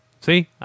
See